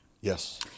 yes